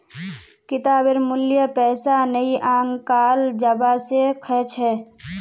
किताबेर मूल्य पैसा नइ आंकाल जबा स ख छ